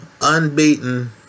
unbeaten